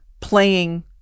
playing